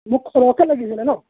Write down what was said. মোক সৰহকৈ লাগিছিলে ন'